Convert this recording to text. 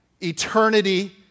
Eternity